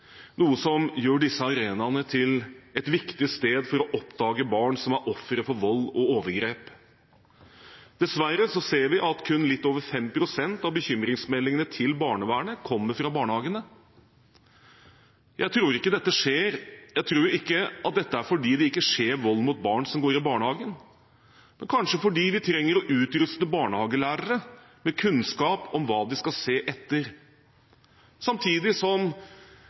noe som gjør disse arenaene til viktige steder for å oppdage barn som er ofre for vold og overgrep. Dessverre ser vi at kun litt over 5 pst. av bekymringsmeldingene til barnevernet kommer fra barnehagene. Jeg tror ikke at dette er fordi det ikke skjer vold mot barn som går i barnehagen, men kanskje fordi vi trenger å utruste barnehagelærere med kunnskap om hva de skal se etter, samtidig som